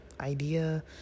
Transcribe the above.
idea